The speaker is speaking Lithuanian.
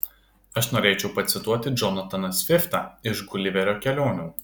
aš norėčiau pacituoti džonataną sviftą iš guliverio kelionių